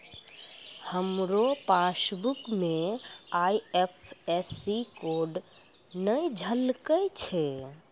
हमरो पासबुक मे IFSC code नै झलकै छै